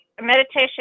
meditation